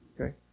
Okay